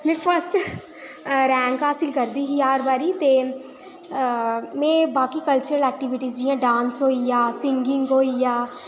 में first rank हासल करदी ही हर बारी ते में बाकी कल्चर एक्टीविटीज जि'यां डांस होई गेआ सिंगिंग होई गेआ